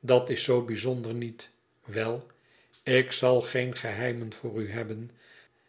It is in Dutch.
dat is zoo bijzonder niet wel ik zal een geheimen voor u hebben